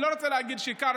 אני לא רוצה להגיד ששיקרת,